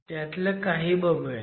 त्यातल्या काही बघुयात